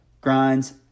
grinds